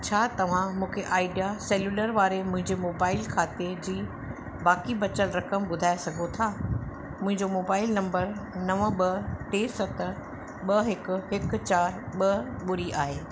छा तव्हां मूंखे आइडिया सेल्युलर वारे मुंहिंजे मोबाइल खाते जी बाक़ी बचल रक़म ॿुधाए सघो था मुंहिंजो मोबाइल नंबर नव ॿ टे सत ॿ हिकु हिकु चारि ॿ ॿुड़ी आहे